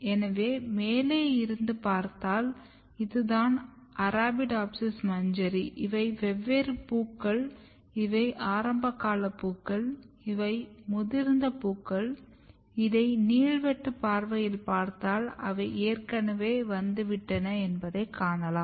எனவே மேலே இருந்துப் பார்த்தால் இது தான் அரபிடோப்சிஸ் மஞ்சரி இவை வெவ்வேறு பூக்கள் இவை ஆரம்பகால பூக்கள் இவை முதிர்ந்த பூக்கள் இதை நீள் வெட்டுப் பார்வையில் பார்த்தால் அவை ஏற்கனவே வந்துவிட்டன என்பதைக் காணலாம்